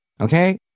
Okay